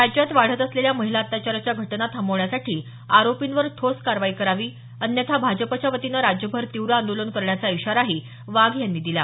राज्यात वाढत असलेल्या महिला अत्याचाराच्या घटना थांबवण्यासाठी आरोपींवर ठोस कारवाई करावी अन्यथा भाजपाच्यावतीनं राज्यभर तीव्र आंदोलन करण्याचा इशाराही वाघ यांनी दिला